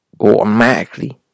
automatically